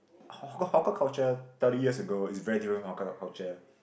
haw~ hawker culture thirty years ago is very different from hawker culture